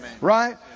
Right